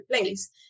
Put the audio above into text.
place